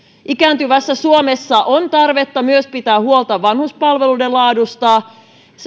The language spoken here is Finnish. ikääntyvässä suomessa on tarvetta myös pitää huolta vanhuspalveluiden laadusta